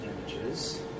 images